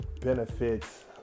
benefits